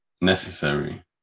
necessary